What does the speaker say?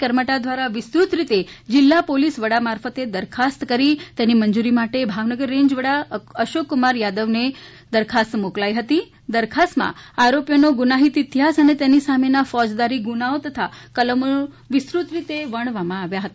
કરમટા દ્વારા વિસ્તૃત રીતે જીલ્લા પોલીસ વડા મારફત દરખાસ્ત કરી અને તેની મંજુરી માટે ભાવનગર રેન્જ વડા અશોકકુમાર થાદવને સમગ્ર દરખાસ્ત મોકલી હતી દરખાસ્તમાં આરોપીઓનો ગુન્હાહીત ઇતિહાસ અને તેની સામેના ફોજદારી ગુન્હાઓ અને કલમોનો વિસ્તૃત રીતે વર્ણવવામાં આવ્યો છે